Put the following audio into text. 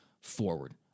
forward